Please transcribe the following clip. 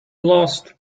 lost